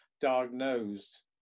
diagnosed